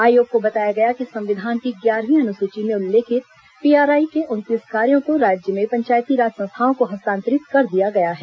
आयोग को बताया गया कि संविधान की ग्यारहवीं अनुसूची में उल्लेखित पीआरआई के उनतीस कार्यों को राज्य में पंचायती राज संस्थाओं को हस्तांतरित कर दिया है